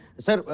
sir,